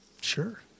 Sure